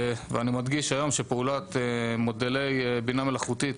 אני מדגיש היום שפעולת מודלי בינה מלאכותית